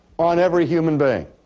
on every human being.